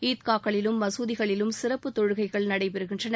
ஈத்கா களிலும் மகுதிகளிலும் சிறப்பு தொழுகைகள் நடைபெறுகின்றன